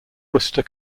worcester